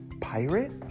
pirate